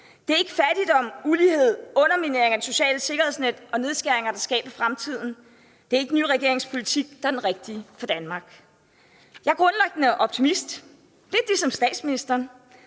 Det er ikke fattigdom, ulighed, underminering af det sociale sikkerhedsnet og nedskæringer, der skaber fremtiden. Det er ikke den nye regerings politik, der er den rigtige for Danmark. Jeg er grundlæggende optimist, lidt ligesom statsministeren.